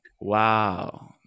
wow